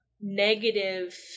negative